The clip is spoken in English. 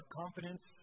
confidence